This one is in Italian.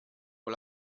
con